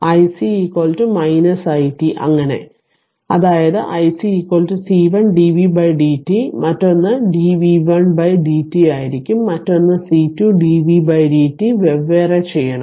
iC i t അങ്ങനെ അതായത് iC C1 dv dt മറ്റൊന്ന് dv1 dt ആയിരിക്കും മറ്റൊന്ന് C2 dv dt വെവ്വേറെ ചെയ്യണം